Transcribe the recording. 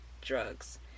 drugs